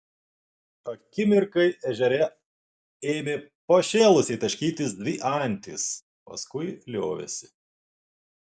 akimirkai ežere ėmė pašėlusiai taškytis dvi antys paskui liovėsi